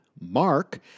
mark